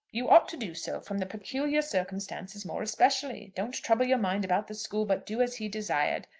you ought to do so from the peculiar circumstances more especially. don't trouble your mind about the school, but do as he desired.